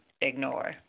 ignore